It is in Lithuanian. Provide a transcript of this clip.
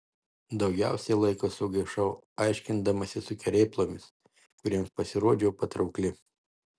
daugiausiai laiko sugaišau aiškindamasi su kerėplomis kuriems pasirodžiau patraukli